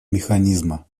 механизма